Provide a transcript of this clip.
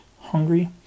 hungry